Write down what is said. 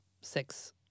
six